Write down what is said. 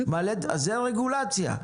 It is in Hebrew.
זאת רגולציה.